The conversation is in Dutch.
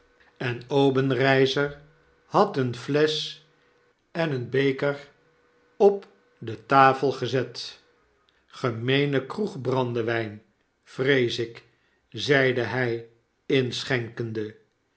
en obenreizer had eene flesch en een beker op tafel gezet gremeene kroeg-brandewyn vrees ik zeide hij inschenkende